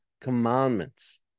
Commandments